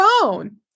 phone